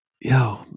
yo